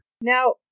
Now